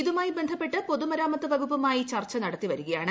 ഇതുമായി ബന്ധപ്പെട്ട് പൊതുമരാമത്ത് വകുപ്പുമായി ചർച്ച നടത്തിവരികയാണ്